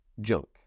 junk